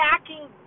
backing